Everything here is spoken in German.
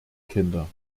kinder